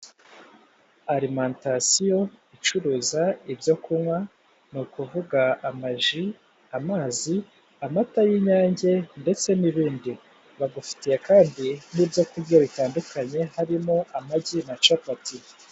Alimentasiyo icuruza ibyo kunywa ni ukuvuga amaji, amazi, amata y'inyange ndetse n'ibindi, bagufitiye kandi n'ibyo kurya bitandukanye harimo amagi na capati.